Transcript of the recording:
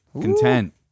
content